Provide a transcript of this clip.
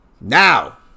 Now